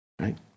right